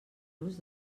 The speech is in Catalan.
los